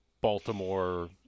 Baltimore